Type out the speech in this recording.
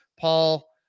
Paul